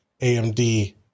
AMD